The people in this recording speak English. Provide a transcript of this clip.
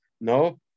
No